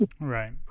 Right